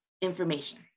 information